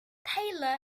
taylor